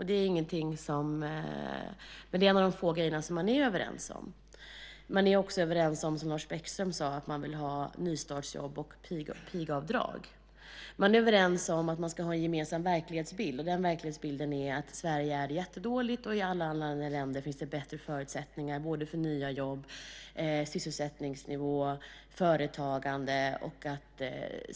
Det är en av de få grejer som man är överens om. Man är också överens om att man vill ha nystartsjobb och pigavdrag, som Lars Bäckström sade. Man är överens om att man ska ha en gemensam verklighetsbild, och den bilden är att Sverige är jättedåligt och att det finns bättre förutsättningar i alla andra länder både för nya jobb, sysselsättningsnivå och företagande.